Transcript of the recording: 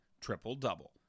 triple-double